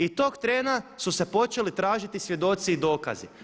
I tog trena su se počeli tražiti svjedoci i dokazi.